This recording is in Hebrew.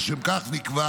לשם כך נקבע